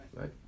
right